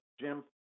Jim